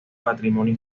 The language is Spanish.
patrimonio